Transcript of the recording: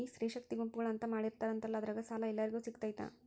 ಈ ಸ್ತ್ರೇ ಶಕ್ತಿ ಗುಂಪುಗಳು ಅಂತ ಮಾಡಿರ್ತಾರಂತಲ ಅದ್ರಾಗ ಸಾಲ ಎಲ್ಲರಿಗೂ ಸಿಗತೈತಾ?